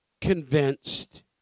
convinced